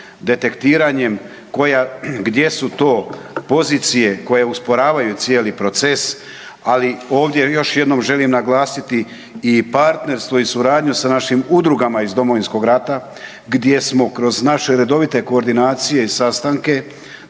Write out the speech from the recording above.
detektiranjem gdje su to pozicije koje usporavaju cijeli proces, ali ovdje još jednom želim naglasiti i partnerstvo i suradnju sa našim udrugama iz Domovinskog rata gdje smo kroz naše redovite koordinacije i sastanke